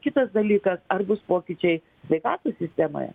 kitas dalykas ar bus pokyčiai sveikatos sistemoje